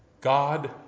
God